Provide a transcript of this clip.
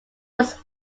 was